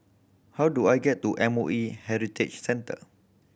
how do I get to M O E Heritage Centre